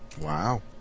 Wow